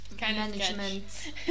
management